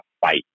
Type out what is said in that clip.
fight